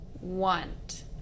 want